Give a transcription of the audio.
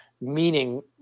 meaning